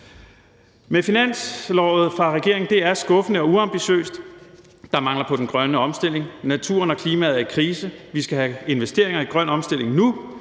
finanslovsforslaget fra regeringen er skuffende og uambitiøst. Der mangler på den grønne omstilling. Naturen og klimaet er i krise, så vi skal have investeringer i grøn omstilling nu